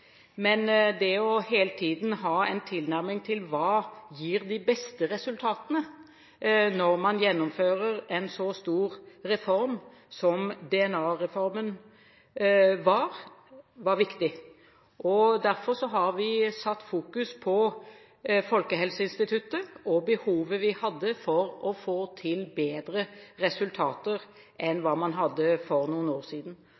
når man gjennomfører en så stor reform som DNA-reformen var, var det viktig hele tiden å ha en tilnærming til hva som gir de beste resultatene. Derfor har vi satt fokus på Folkehelseinstituttet og på behovet vi hadde på å få til bedre resultater enn hva man hadde for noen år siden.